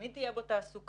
תמיד תהיה בו תעסוקה.